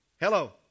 hello